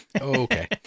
Okay